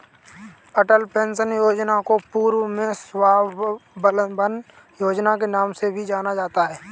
अटल pension Yojana को पूर्व में स्वाबलंबन योजना के नाम से भी जाना जाता था